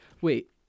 Wait